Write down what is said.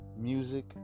music